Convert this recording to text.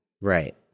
Right